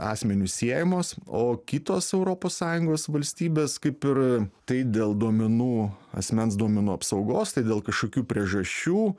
asmeniu siejamos o kitos europos sąjungos valstybės kaip ir tai dėl duomenų asmens duomenų apsaugos tai dėl kažkokių priežasčių